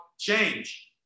Change